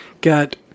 got